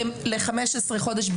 ב-15 לחודש,